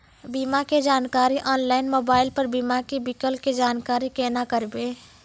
बीमा के जानकारी ऑनलाइन मोबाइल पर बीमा के विकल्प के जानकारी केना करभै?